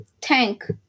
Tank